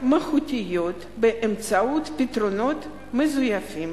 מהותיות באמצעות פתרונות מזויפים.